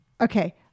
Okay